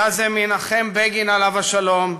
היה זה מנחם בגין, עליו השלום,